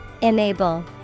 Enable